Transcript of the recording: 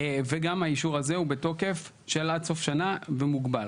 וגם האישור הזה הוא בתוקף של עד סוף שנה, ומוגבל.